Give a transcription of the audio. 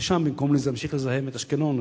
לשם במקום להמשיך לזהם את אשקלון.